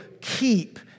keep